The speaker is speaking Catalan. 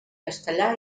castellà